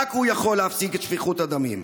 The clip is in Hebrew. רק הוא יכול להפסיק את שפיכות הדמים.